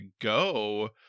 go